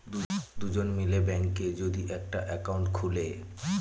দুজন মিলে ব্যাঙ্কে যদি একটা একাউন্ট খুলে